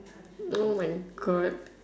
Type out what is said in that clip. oh my god